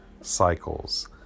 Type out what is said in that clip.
cycles